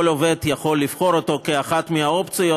כל עובד יכול לבחור אותו כאחת מהאופציות,